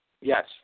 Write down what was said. Yes